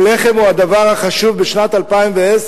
הלחם הוא הדבר החשוב בשנת 2010,